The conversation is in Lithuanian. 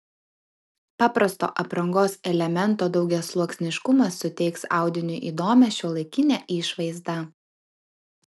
paprasto aprangos elemento daugiasluoksniškumas suteiks audiniui įdomią šiuolaikinę išvaizdą